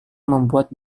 membuat